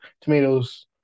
tomatoes